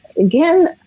again